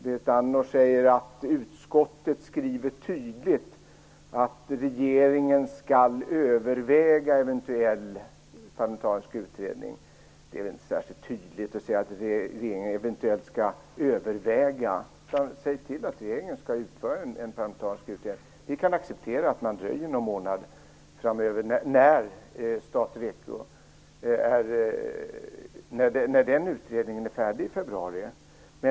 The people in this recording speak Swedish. Berit Andnor säger att utskottet tydligt skriver att regeringen skall överväga en eventuell parlamentarisk utredning. Det är väl inte särskilt tydligt att säga att regeringen eventuellt skall överväga detta. Se till att regeringen tillsätter en parlamentarisk utredning! Vi kan acceptera att man dröjer någon månad, när REKO STAT-utredningen är färdig i februari.